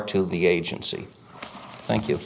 to the agency thank you